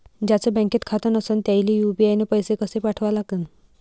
ज्याचं बँकेत खातं नसणं त्याईले यू.पी.आय न पैसे कसे पाठवा लागन?